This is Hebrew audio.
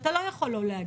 אתה לא יכול לא להגיע.